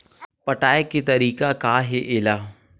पटाय के तरीका का हे एला?